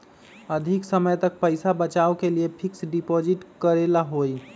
अधिक समय तक पईसा बचाव के लिए फिक्स डिपॉजिट करेला होयई?